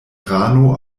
rano